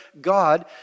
God